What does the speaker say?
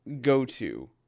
go-to